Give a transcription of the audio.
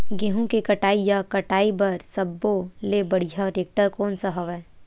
गेहूं के कटाई या कटाई बर सब्बो ले बढ़िया टेक्टर कोन सा हवय?